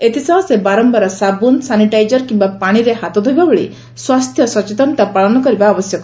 ଏଥିସହ ସେ ବାରମ୍ଭାର ସାବୁନ୍ ସାନିଟାଇଜର କିମ୍ବା ପାଣିରେ ହାତ ଧୋଇବା ଭଳି ସ୍ୱାସ୍ଥ୍ୟ ସଚେତନତା ପାଳନ କରିବା ଆବଶ୍ୟକ